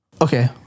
okay